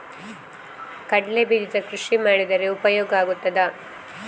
ಕಡ್ಲೆ ಬೀಜದ ಕೃಷಿ ಮಾಡಿದರೆ ಉಪಯೋಗ ಆಗುತ್ತದಾ?